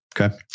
Okay